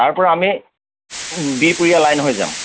তাৰপৰা আমি বিহপুৰীয়া লাইন হৈ যাম